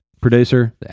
Producer